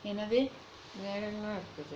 என்னது:ennathu